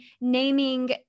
naming